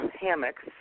hammocks